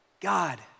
God